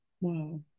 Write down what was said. Wow